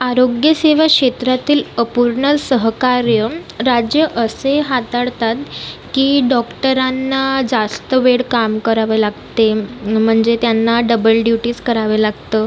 आरोग्यसेवा क्षेत्रातील अपूर्ण सहकार्य राज्य असे हाताळतात की डॉक्टरांना जास्त वेळ काम करावे लागते मंजे त्यांना डबल ड्युटीज करावे लागतं